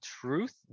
truth